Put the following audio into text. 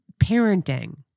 parenting